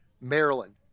Maryland